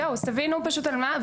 זהו, תבינו פשוט על מה.